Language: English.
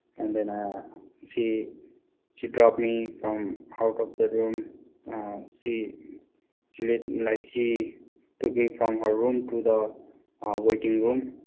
and then i see she dropped me from out of the room see she like she took me from her room to the waiting room